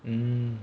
mm